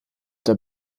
der